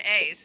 A's